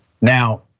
Now